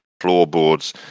Floorboards